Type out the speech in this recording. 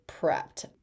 prepped